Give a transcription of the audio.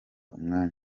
umwanya